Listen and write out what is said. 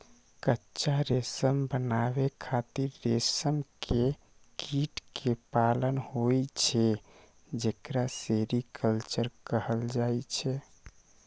कच्चा रेशम बनाबै खातिर रेशम के कीट कें पालन होइ छै, जेकरा सेरीकल्चर कहल जाइ छै